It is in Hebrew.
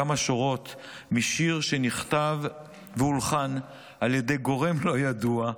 כמה שורות משיר שנכתב והולחן על ידי גורם לא ידוע,